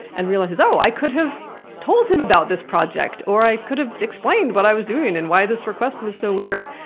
and realizes, oh, i could have told him about this project, or i could have explained what i was doing and why this request was so weird,